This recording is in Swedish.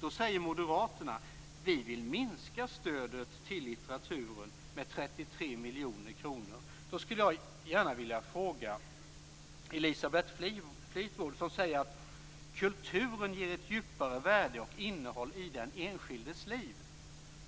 Då säger Moderaterna: Vi vill minska stödet till litteraturen med 33 miljoner kronor. Då skulle jag gärna vilja ställa en fråga till Elisabeth Fleetwood, som säger att kulturen ger ett djupare värde och innehåll i den enskildes liv.